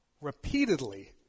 repeatedly